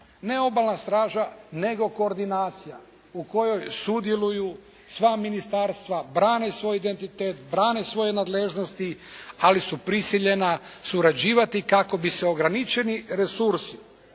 Ne Obalna straža nego koordinacija u kojoj sudjeluju sva ministarstva, brane svoj identitet, brane svoje nadležnosti ali su prisiljena surađivati kako bi se ograničeni resursi